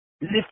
lift